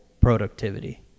productivity